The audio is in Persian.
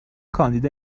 کاندید